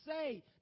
say